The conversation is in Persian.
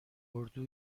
اردو